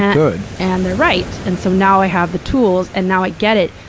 could. and they're right. and so now i have the tools and now i get it,